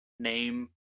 name